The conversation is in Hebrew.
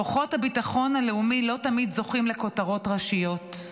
כוחות הביטחון הלאומי לא תמיד זוכים לכותרות ראשיות,